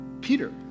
Peter